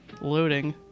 Loading